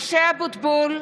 משה אבוטבול,